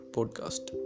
Podcast